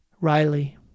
Riley